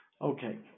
Okay